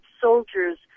soldiers